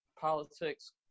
politics